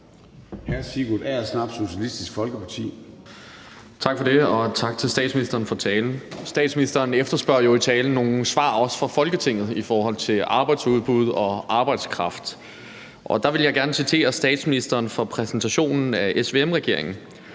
Tak for det, og tak til statsministeren for talen. Statsministeren efterspørger jo i talen nogle svar, også fra Folketinget, i forhold til arbejdsudbud og arbejdskraft. Der vil jeg gerne citere fra statsministerens præsentation af SVM-regeringen: